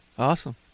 Awesome